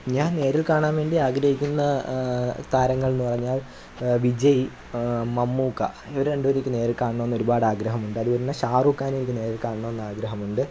ഞാൻ നേരിൽ കാണാൻ വേണ്ടി ആഗ്രഹിക്കുന്ന താരങ്ങളെന്ന് പറഞ്ഞാൽ വിജയി മമ്മൂക്ക ഇവരെ രണ്ടുപേരെയും എനിക്ക് നേരിൽ കാണണമെന്ന് ഒരുപാട് ആഗ്രഹമുണ്ട് അതുപോലെ തന്നെ ഷാറൂഖാനെ എനിക്ക് നേരിൽ കാണണമെന്ന് ആഗ്രഹമുണ്ട്